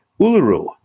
uluru